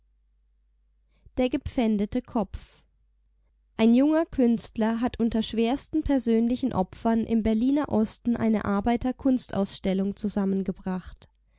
der gepfändete kopf ein junger künstler hat unter schwersten persönlichen opfern im berliner osten eine arbeiter-kunst-ausstellung zusammengebracht